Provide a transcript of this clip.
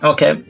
Okay